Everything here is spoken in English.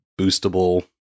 boostable